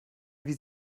wie